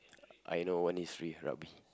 I know when he's free rugby